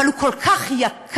אבל הוא כל כך יקר